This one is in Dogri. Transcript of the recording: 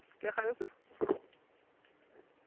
केह् आक्खा दे तुस